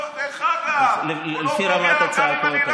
לפי רמת הצעקות.